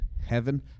heaven